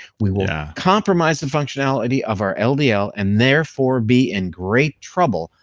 we will yeah compromise the functionality of our and ldl and therefore be in great trouble,